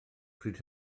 pryd